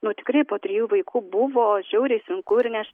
nu tikrai po trijų vaikų buvo žiauriai sunku ir ne aš